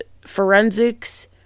forensics